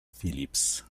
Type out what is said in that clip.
philips